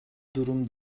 durum